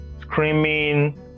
screaming